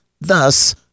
thus